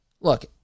look